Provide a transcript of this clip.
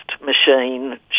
machine